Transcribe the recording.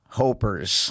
hopers